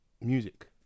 music